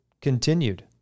continued